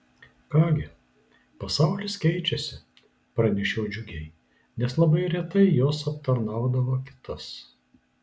ką gi pasaulis keičiasi pranešiau džiugiai nes labai retai jos aptarnaudavo kitas